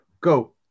Go